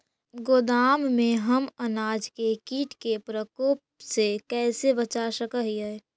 गोदाम में हम अनाज के किट के प्रकोप से कैसे बचा सक हिय?